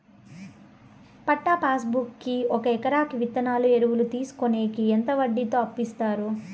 పట్టా passbook కి ఒక ఎకరాకి విత్తనాలు, ఎరువులు తీసుకొనేకి ఎంత వడ్డీతో అప్పు ఇస్తారు?